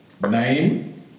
Name